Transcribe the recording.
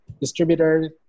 distributor